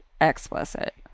explicit